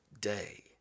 day